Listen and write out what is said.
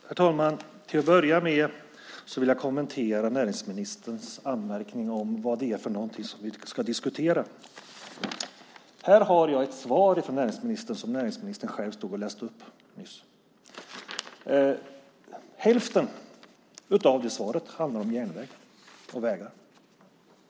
Herr talman! Jag vill kommentera näringsministerns anmärkning om vad det är som vi ska diskutera. Här är det svar från näringsministern som näringsministern själv läste upp nyss. Hälften av svaret handlar om järnvägar och vägar.